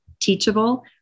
teachable